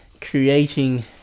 creating